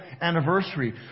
anniversary